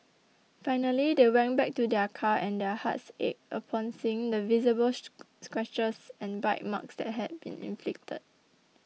finally they went back to their car and their hearts ached upon seeing the visible scratches and bite marks that had been inflicted